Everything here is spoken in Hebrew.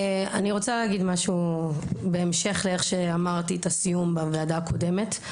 אני רוצה להגיד משהו בהמשך לדברים שאמרתי בסיום דבריי בוועדה הקודמת,